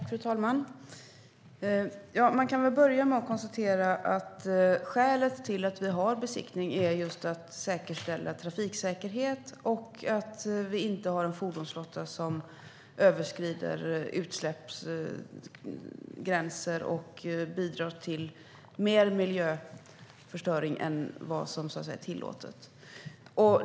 Fru talman! Man kan börja med att konstatera att skälet till att vi har besiktning är just att säkerställa trafiksäkerhet och att vi inte har en fordonsflotta som överskrider utsläppsgränser och bidrar till mer miljöförstöring än vad som är tillåtet.